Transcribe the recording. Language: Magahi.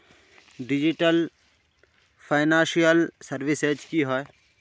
डिजिटल फैनांशियल सर्विसेज की होय?